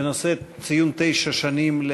התשע"ד 2013,